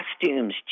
costumes